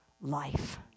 life